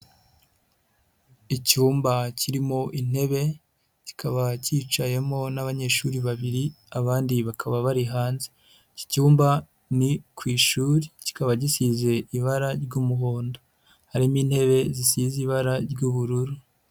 Icyumba kirimo intebe, kikaba cyicayemo n'abanyeshuri babiri, abandi bakaba bari hanze. Iki cyumba ni ku ishuri, kikaba gishyizeze ibara ry'umuhondo, harimo intebe zisize ibara ry'ubururu.